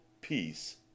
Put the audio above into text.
peace